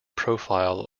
profile